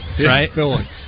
right